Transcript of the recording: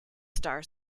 star